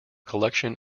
collection